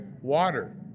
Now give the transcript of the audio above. water